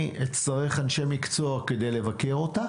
אני אצטרך אנשי מקצוע כדי לבקר אותה